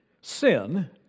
sin